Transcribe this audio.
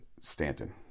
Stanton